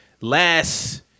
Last